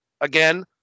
again